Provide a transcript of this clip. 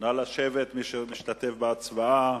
נא לשבת, מי שמשתתף בהצבעה.